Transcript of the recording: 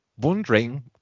wondering